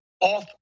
off